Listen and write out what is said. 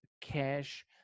cash